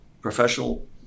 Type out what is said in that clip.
professional